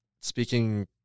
speaking